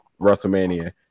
WrestleMania